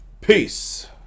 Peace